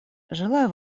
желаю